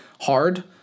hard